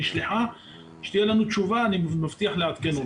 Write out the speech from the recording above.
כשתהיה לנו תשובה אני מבטיח לעדכן.